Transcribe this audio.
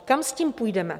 Kam s tím půjdeme?